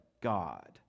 God